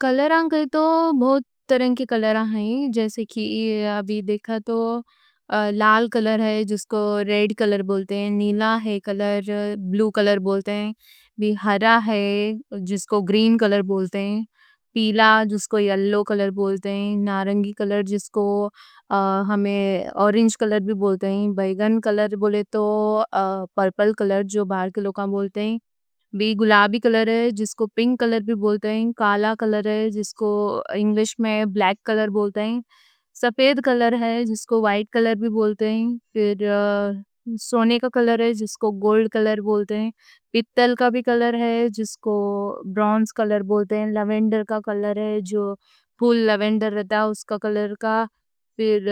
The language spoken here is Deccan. کلر کے تو بہت رنگ ہیں، جیسے کی ابھی دیکھا۔ لال کلر ہے جس کو ریڈ کلر بولتے ہیں۔ نیلا کلر ہے جس کو بلو کلر بولتے ہیں۔ ہرا کلر ہے جس کو گرین کلر بولتے ہیں۔ پیلا کلر ہے جس کو یلو کلر بولتے ہیں۔ نارنگی کلر ہے جس کو ہمیں اورنج کلر بھی بولتے ہیں۔ بیگنی کلر بولے تو پرپل کلر، جو باہر کے لوگ بولتے ہیں۔ گلابی کلر ہے جس کو پنک کلر بھی بولتے ہیں۔ کالا کلر ہے جس کو انگلش میں بلیک کلر بولتے ہیں۔ سفید کلر ہے جس کو وائٹ کلر بھی بولتے ہیں۔ پھر سونے کا کلر ہے جس کو گولڈ کلر بولتے ہیں۔ پیتل کا بھی کلر ہے جس کو برونز کلر بولتے ہیں۔ لیوینڈر کا کلر ہے، جو پھول لیوینڈر رہتا ہے، اس کا کلر۔ پھر